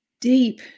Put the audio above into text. Deep